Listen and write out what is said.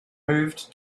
moved